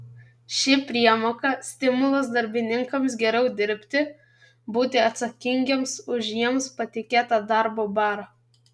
ši priemoka stimulas darbininkams geriau dirbti būti atsakingiems už jiems patikėtą darbo barą